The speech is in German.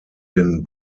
den